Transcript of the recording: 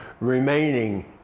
remaining